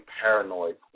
paranoid